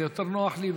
זה יותר נוח לי,